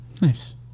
nice